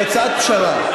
שהיא הצעת פשרה,